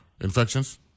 infections